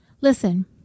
Listen